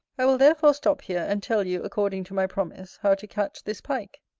i will therefore stop here and tell you, according to my promise, how to catch this pike.